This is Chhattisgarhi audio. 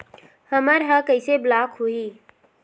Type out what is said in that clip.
हमर ह कइसे ब्लॉक होही?